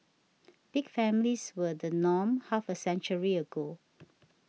big families were the norm half a century ago